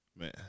man